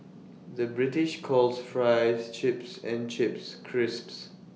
the British calls Fries Chips and Chips Crisps